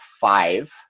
five